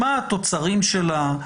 מה התוצרים שלה.